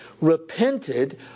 repented